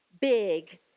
big